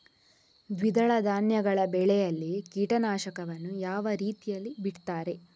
ದ್ವಿದಳ ಧಾನ್ಯಗಳ ಬೆಳೆಯಲ್ಲಿ ಕೀಟನಾಶಕವನ್ನು ಯಾವ ರೀತಿಯಲ್ಲಿ ಬಿಡ್ತಾರೆ?